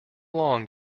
long